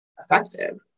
effective